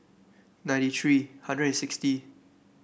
ninety three hundred and sixty